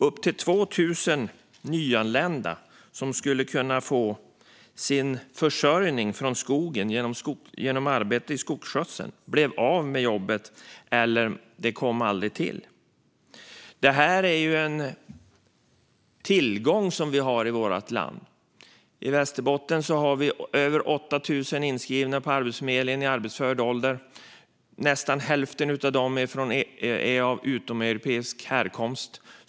Upp till 2 000 nyanlända som skulle kunna få sin försörjning från skogen genom arbete med skogsskötsel blev av med jobbet, eller så kom det aldrig till. Detta är en tillgång som vi har i vårt land. I Västerbotten har vi över 8 000 personer i arbetsför ålder inskrivna på Arbetsförmedlingen. Nästan hälften av dem är av utomeuropeisk härkomst.